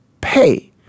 pay